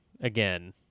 again